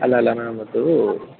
ಅಲ್ಲ ಅಲ್ಲ ಮೇಡಮ್ ಅದೂ